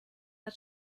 hat